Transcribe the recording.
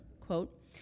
quote